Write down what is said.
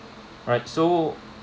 right so